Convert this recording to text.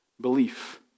Belief